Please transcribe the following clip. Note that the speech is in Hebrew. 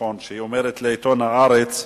כשהיא אומרת לעיתון "הארץ":